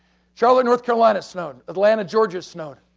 charlotte, north carolina snowed, atlanta, georgia snowed.